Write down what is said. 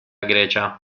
grecia